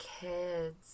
kids